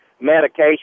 medication